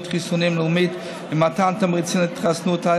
חיסונים לאומית ומתן תמריצים להתחסנות),